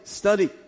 study